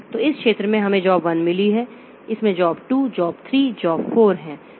तो इस क्षेत्र में हमें जॉब 1 मिली है तो इसमें जॉब 2 जॉब 3 जॉब 4 है